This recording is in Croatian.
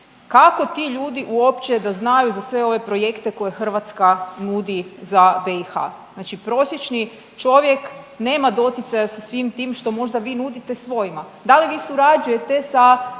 kako ti ljudi uopće da znaju za sve ove projekte koje Hrvatska nudi za BiH? Znači prosječni čovjek nema doticaja sa svim tim što možda vi nudite svojima. Da li vi surađujete sa